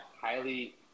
Highly